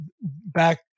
back